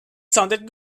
sounded